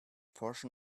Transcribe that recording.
portion